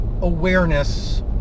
awareness